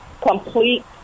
complete